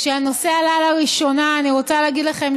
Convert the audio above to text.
כשהנושא עלה לראשונה אני רוצה להגיד לכם